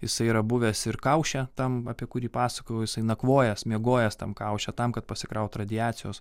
jisai yra buvęs ir kauše tam apie kurį pasakojau jisai nakvojęs miegojęs tam kauše tam kad pasikraut radiacijos